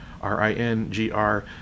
R-I-N-G-R